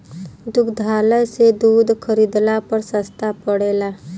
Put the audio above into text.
दुग्धालय से दूध खरीदला पर सस्ता पड़ेला?